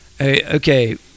Okay